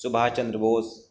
سبھاش چندر بوس